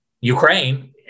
Ukraine